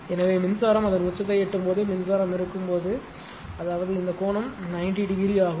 எனவே மின்சாரம் அதன் உச்சத்தை எட்டும்போது மின்சாரம் இருக்கும்போது அதாவது இந்த கோணம் 90 டிகிரி ஆகும்